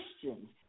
Christians